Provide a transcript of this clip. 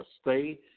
stay